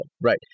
Right